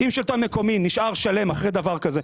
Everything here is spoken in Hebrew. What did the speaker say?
אם שלטון מקומי נשאר שלם אחרי דבר כזה,